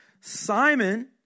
Simon